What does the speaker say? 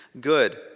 good